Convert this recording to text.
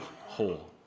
whole